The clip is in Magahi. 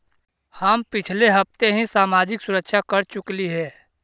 हम पिछले हफ्ते ही सामाजिक सुरक्षा कर चुकइली हे